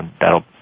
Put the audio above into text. that'll